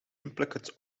implicate